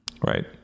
right